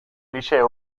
liceo